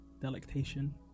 delectation